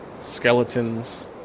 skeletons